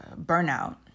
burnout